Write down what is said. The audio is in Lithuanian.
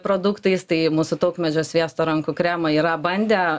produktais tai mūsų taukmedžio sviesto rankų kremą yra bandę